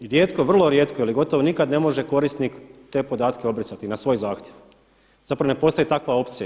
Rijetko, vrlo rijetko ili gotovo nikad ne može korisnik te podatke obrisati na svoj zahtjev, zapravo ne postoji takva opcija.